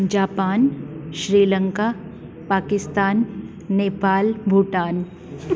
Japan Sri Lanka Pakistan Nepal Bhutan